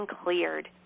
cleared